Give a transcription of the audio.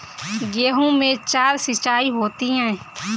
गेहूं में चार सिचाई होती हैं